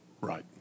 Right